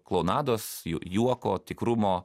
klounados juoko tikrumo